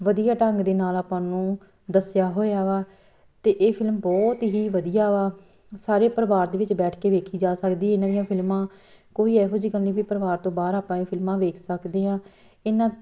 ਵਧੀਆ ਢੰਗ ਦੇ ਨਾਲ ਆਪਾਂ ਨੂੰ ਦੱਸਿਆ ਹੋਇਆ ਵਾ ਅਤੇ ਇਹ ਫਿਲਮ ਬਹੁਤ ਹੀ ਵਧੀਆ ਵਾ ਸਾਰੇ ਪਰਿਵਾਰ ਦੇ ਵਿੱਚ ਬੈਠ ਕੇ ਵੇਖੀ ਜਾ ਸਕਦੀ ਇਹਨਾਂ ਦੀਆਂ ਫਿਲਮਾਂ ਕੋਈ ਇਹੋ ਜਿਹੀ ਗੱਲ ਨਹੀਂ ਵੀ ਪਰਿਵਾਰ ਤੋਂ ਬਾਹਰ ਆਪਾਂ ਇਹ ਫਿਲਮਾਂ ਵੇਖ ਸਕਦੇ ਹਾਂ ਇਹਨਾਂ